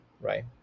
right